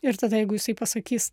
ir tada jeigu jisai pasakys